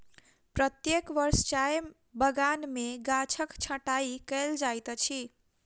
प्रत्येक वर्ष चाय बगान में गाछक छंटाई कयल जाइत अछि